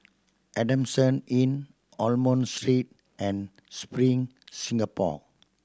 Adamson Inn Almond Street and Spring Singapore